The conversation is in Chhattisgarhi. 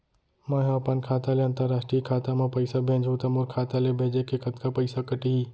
मै ह अपन खाता ले, अंतरराष्ट्रीय खाता मा पइसा भेजहु त मोर खाता ले, भेजे के कतका पइसा कटही?